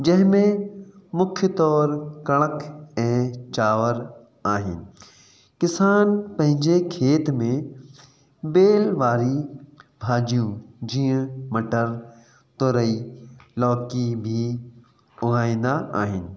जंहिं में मुख्य तौर कणिक ऐं चांवर आहिनि किसान पंहिंजे खेत में बेल वारी भाॼियूं जीअं मटरु तुरई लौकी बि उॻाईंदा आहिनि